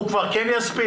האם הוא כבר כן יספיק?